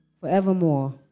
forevermore